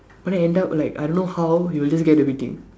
but then end up like I don't know how he will just get everything